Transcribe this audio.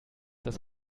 das